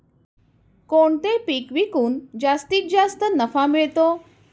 कोणते पीक विकून जास्तीत जास्त नफा मिळतो?